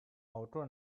auto